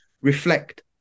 Reflect